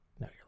No